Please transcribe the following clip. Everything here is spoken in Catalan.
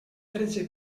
tretze